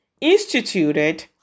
instituted